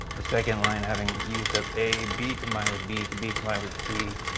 the second line, having used up a, b combined with b, b combined with c,